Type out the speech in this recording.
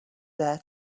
there